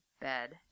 bed